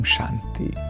Shanti